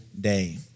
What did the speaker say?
day